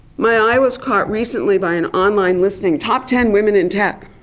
my eye was caught recently by an online listing top ten women in tech.